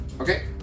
Okay